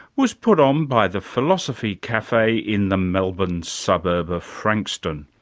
was put on by the philosophy cafe in the melbourne suburb of frankston.